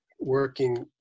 Working